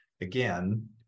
again